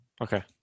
Okay